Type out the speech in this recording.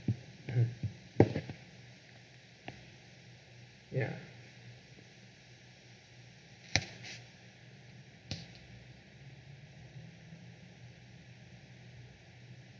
mm ya